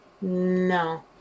No